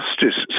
Justice